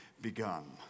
begun